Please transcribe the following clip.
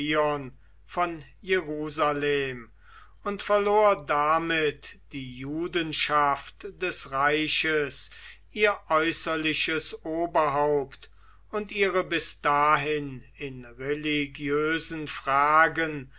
von jerusalem und verlor damit die judenschaft des reiches ihr äußerliches oberhaupt und ihre bis dahin in religiösen fragen